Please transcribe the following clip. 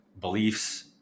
beliefs